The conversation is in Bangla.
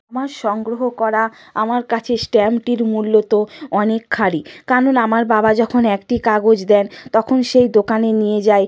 আমার সংগ্রহ করা আমার কাছে স্ট্যাম্পটির মূল্য তো অনেকখানি কারণ আমার বাবা যখন একটি কাগজ দেন তখন সেই দোকানে নিয়ে যাই